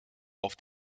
auf